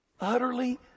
utterly